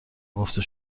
گفته